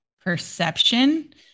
perception